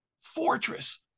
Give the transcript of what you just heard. fortress